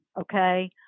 okay